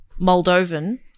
Moldovan